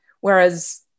Whereas